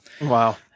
Wow